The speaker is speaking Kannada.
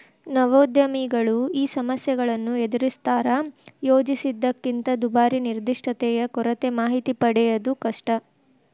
ನವೋದ್ಯಮಿಗಳು ಈ ಸಮಸ್ಯೆಗಳನ್ನ ಎದರಿಸ್ತಾರಾ ಯೋಜಿಸಿದ್ದಕ್ಕಿಂತ ದುಬಾರಿ ನಿರ್ದಿಷ್ಟತೆಯ ಕೊರತೆ ಮಾಹಿತಿ ಪಡೆಯದು ಕಷ್ಟ